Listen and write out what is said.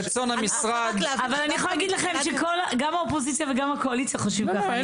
לכם שגם האופוזיציה וגם הקואליציה חושבים כך.